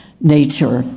nature